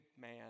man